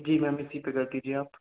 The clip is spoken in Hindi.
जी मैंम इसी पर कर दीजिए आप